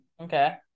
Okay